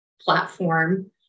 platform